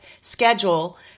schedule